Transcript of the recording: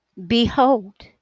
Behold